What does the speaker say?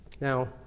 Now